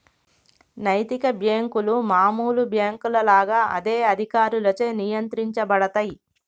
నైతిక బ్యేంకులు మామూలు బ్యేంకుల లాగా అదే అధికారులచే నియంత్రించబడతయ్